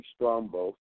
Strombo